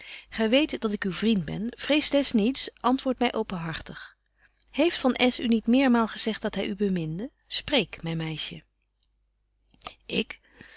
gy weet dat ik uw vriend ben vrees des niets antwoordt my openhartig heeft van s u niet meermaal gezegt dat hy u beminde spreek myn meisje ik